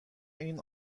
این